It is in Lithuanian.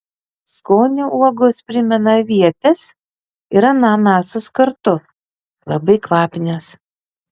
skoniu uogos primena avietes ir ananasus kartu labai kvapnios